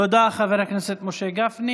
תודה, חבר הכנסת משה גפני.